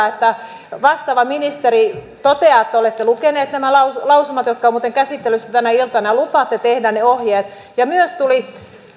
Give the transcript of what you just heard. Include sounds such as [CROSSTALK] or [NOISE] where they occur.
[UNINTELLIGIBLE] että vastaava ministeri toteaa että te olette lukeneet nämä lausumat lausumat jotka ovat muuten käsittelyssä tänä iltana ja lupaatte tehdä ne ohjeet ja myös tuli